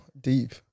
Deep